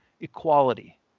equality